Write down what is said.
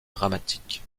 dramatiques